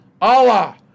Allah